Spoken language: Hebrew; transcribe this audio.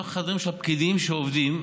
בתוך החדרים של הפקידים שעובדים,